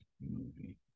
movie